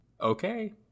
Okay